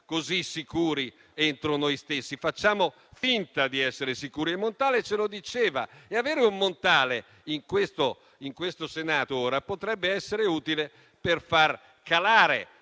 così sicuri dentro noi stessi: facciamo solo finta di esserlo e Montale ce lo diceva. Ebbene, avere un Montale in questo Senato ora potrebbe essere utile per far calare